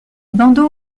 bandeaux